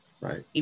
Right